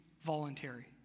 voluntary